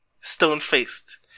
stone-faced